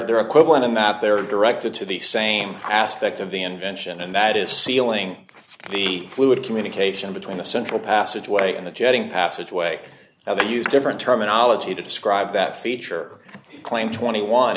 that they're directed to the same aspect of the invention and that is sealing the fluid communication between the central passageway and the jetting passageway now they use different terminology to describe that feature claim twenty one